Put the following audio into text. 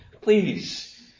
Please